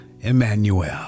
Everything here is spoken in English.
Emmanuel